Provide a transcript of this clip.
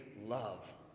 love